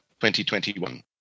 2021